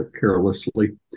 carelessly